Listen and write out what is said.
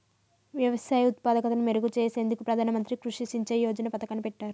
వ్యవసాయ ఉత్పాదకతను మెరుగు చేసేందుకు ప్రధాన మంత్రి కృషి సించాయ్ యోజన పతకాన్ని పెట్టారు